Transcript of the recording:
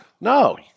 No